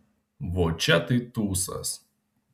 vo čia tai tūsas